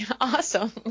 awesome